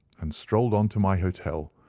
and strolled on to my hotel,